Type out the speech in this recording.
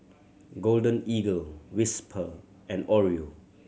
Golden Eagle Whisper and Oreo